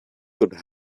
could